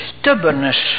Stubbornness